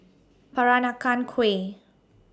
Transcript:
Peranakan Kueh